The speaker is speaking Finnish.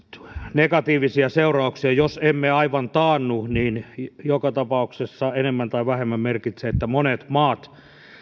negatiivisia seurauksia jos emme aivan taannu niin joka tapauksessa enemmän tai vähemmän merkitsee että monet maat